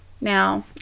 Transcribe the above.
Now